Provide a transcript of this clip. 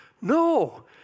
no